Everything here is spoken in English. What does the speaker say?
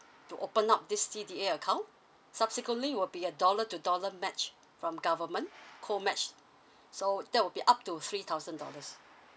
to open up this C_D_A account subsequently will be a dollar to dollar match from government co match so that will be up to three thousand dollars